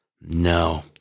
No